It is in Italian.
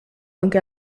anche